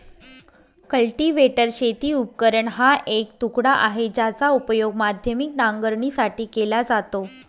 cultivator शेती उपकरण हा एक तुकडा आहे, ज्याचा उपयोग माध्यमिक नांगरणीसाठी केला जातो